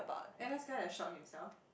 N_S guy that shot himself